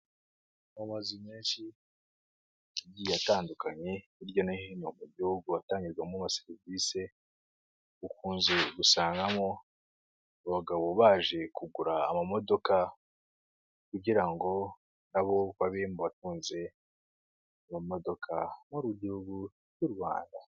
Mu mazu menshi agiye atandukanye hirya no hino mu gihugu atangirwamo serivisi, ukunze gusangamo abagabo baje kugura amamodoka kugira ngo nabo babe mu batunze mumodoka mu gihugu cy'u Rwanda.